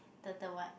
the the what